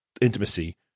intimacy